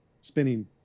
spinning